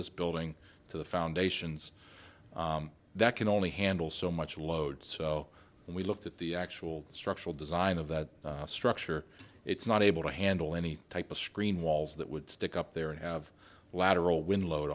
this building to the foundations that can only handle so much load so when we looked at the actual structural design of that structure it's not able to handle any type of screen walls that would stick up there and have lateral when load